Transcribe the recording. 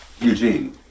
Eugene